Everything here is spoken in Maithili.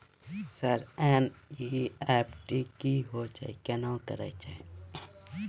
सर एन.ई.एफ.टी की होय छै, केना करे छै?